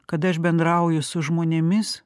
kada aš bendrauju su žmonėmis